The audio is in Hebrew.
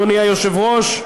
אדוני היושב-ראש,